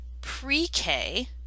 pre-K